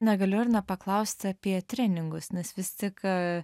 negaliu ir nepaklausti apie treningus nes vis tik